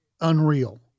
unreal